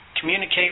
communicate